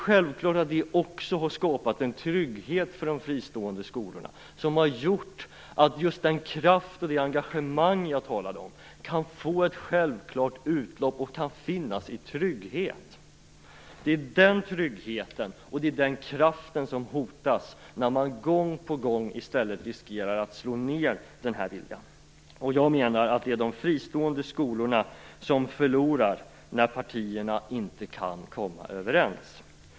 Naturligtvis har det också skapat en trygghet för de fristående skolorna som gjort att just den kraft och det engagemang jag talade om kan få ett självklart utlopp och finnas i trygghet. Det är den tryggheten och den kraften som hotas när man gång på gång i stället riskerar att slå ned den här viljan. Jag menar att det är de fristående skolorna som förlorar när partierna inte kan komma överens.